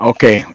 Okay